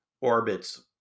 orbits